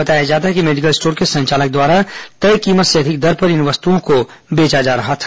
बताया जाता है कि मेडिकल स्टोर्स के संचालक द्वारा तय कीमत से अधिक दर पर इन वस्तुओं को बेचा जा रहा था